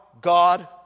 God